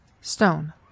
Stone